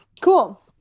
Cool